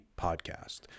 podcast